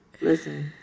Listen